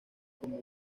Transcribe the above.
como